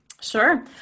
Sure